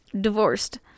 divorced